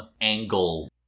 angle